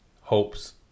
hopes